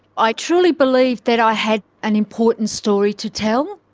i truly believed that i had an important story to tell.